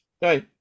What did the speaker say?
Hey